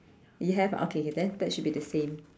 you have ah okay okay then that should be the same